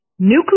Nuclear